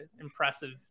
impressive